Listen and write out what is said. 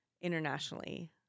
internationally